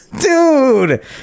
Dude